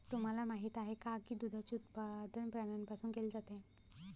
तुम्हाला माहित आहे का की दुधाचे उत्पादन प्राण्यांपासून केले जाते?